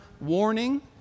warning